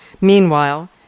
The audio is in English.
Meanwhile